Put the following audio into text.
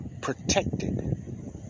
protected